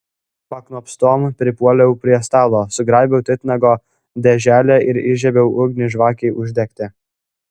paknopstom pripuoliau prie stalo sugraibiau titnago dėželę ir įžiebiau ugnį žvakei uždegti